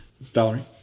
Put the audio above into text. Valerie